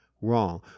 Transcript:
wrong